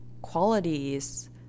qualities